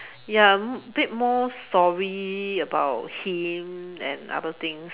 ya bit more story about him and other things